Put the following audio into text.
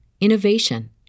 innovation